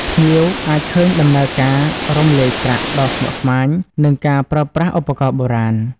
ភ្ញៀវអាចឃើញដំណើរការ រំលាយប្រាក់ ដ៏ស្មុគស្មាញ និងការប្រើប្រាស់ឧបករណ៍បុរាណ។